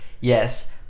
Yes